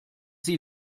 sie